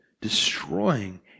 destroying